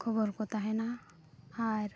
ᱠᱷᱚᱵᱚᱨ ᱠᱚ ᱛᱟᱦᱮᱱᱟ ᱟᱨ